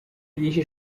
yihishe